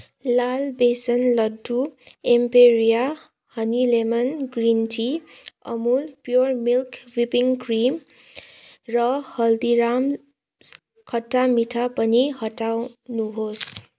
लाल besan laddu Emperia honey lemon green tea Amul pure milk whipping cream र हल्दीराम्स खट्टा मिठा पनि हटाउनुहोस्